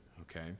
Okay